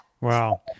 Wow